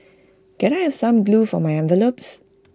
can I have some glue for my envelopes